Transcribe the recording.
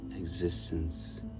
Existence